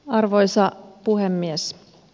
arvoisa puhemies